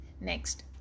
Next